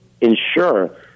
ensure